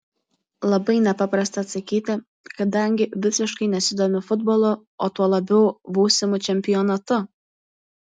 labai nepaprasta atsakyti kadangi visiškai nesidomiu futbolu o tuo labiau būsimu čempionatu